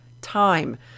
time